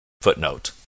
footnote